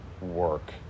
work